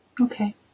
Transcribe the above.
Okay